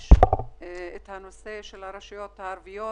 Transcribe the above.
אדגיש את הנושא של הרשויות הערביות.